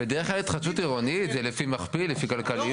אם אין שיקול דעת אז אין שיקול דעת.